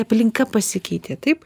aplinka pasikeitė taip